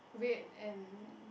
red and